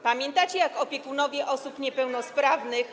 Pamiętacie, jak opiekunowie osób niepełnosprawnych.